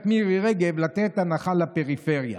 מירי רגב להנחה לפריפריה.